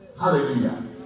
Hallelujah